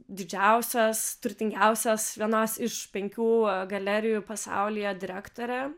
didžiausias turtingiausias vienos iš penkių galerijų pasaulyje direktorė